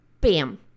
bam